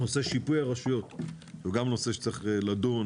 נושא שיפוי הרשויות זה גם נושא שצריך לדון בו.